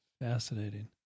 Fascinating